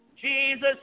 Jesus